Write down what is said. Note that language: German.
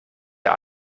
der